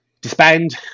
disband